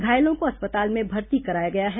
घायलों को अस्पताल में भर्ती कराया गया है